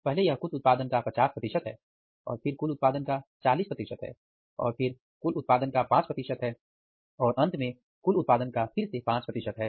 पहले यह कुल उत्पादन का 50 है फिर कुल उत्पादन का 40 है और फिर कुल उत्पादन का 5 और अंत में कुल उत्पादन का फिर से 5 है